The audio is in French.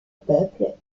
peuple